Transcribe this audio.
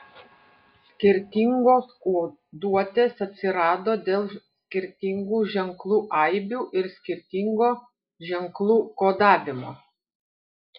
skirtingos koduotės atsirado dėl skirtingų ženklų aibių ir skirtingo ženklų kodavimo